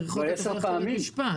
מקיימים את החוק אפשר ללכת לבית משפט.